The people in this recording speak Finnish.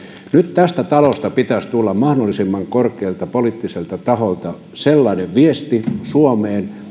tästä talosta pitäisi tulla mahdollisimman korkealta poliittiselta taholta sellainen viesti suomeen